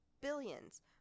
billions